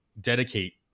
dedicate